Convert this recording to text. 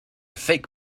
fake